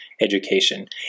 education